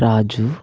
రాజు